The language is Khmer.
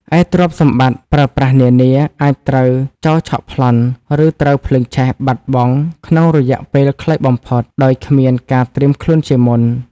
ឯទ្រព្យសម្បត្តិប្រើប្រាស់នានា អាចត្រូវចោរឆក់ប្លន់ ឬត្រូវភ្លើងឆេះបាត់បង់ក្នុងរយៈពេលខ្លីបំផុត ដោយគ្មានការត្រៀមខ្លួនជាមុន។